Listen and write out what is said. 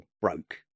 broke